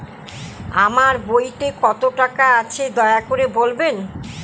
আমার বইতে কত টাকা আছে দয়া করে বলবেন?